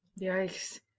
Yikes